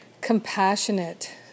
compassionate